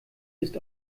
ist